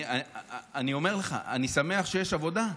אני אומר לך, אני שמח שיש עבודה.